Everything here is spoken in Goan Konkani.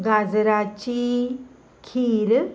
गाजराची खीर